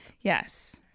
Yes